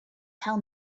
tell